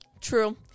True